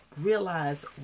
realize